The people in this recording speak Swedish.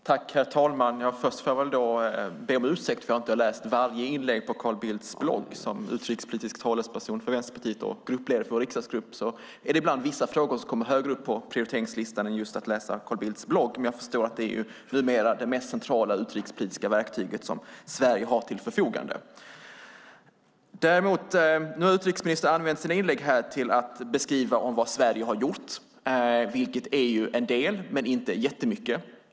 Herr talman! Jag får börja med att be om ursäkt för att jag inte har läst varje inlägg på Carl Bildts blogg. För mig som utrikespolitisk talesperson för Vänsterpartiet och gruppledare för vår riksdagsgrupp är det ibland vissa frågor som kommer högre upp på prioriteringslistan än att läsa Carl Bildts blogg. Men jag förstår att det numera är det mest centrala utrikespolitiska verktyg som Sverige har till förfogande. Nu har utrikesministern använt sina inlägg här till att beskriva vad Sverige har gjort, vilket är en del men inte jättemycket.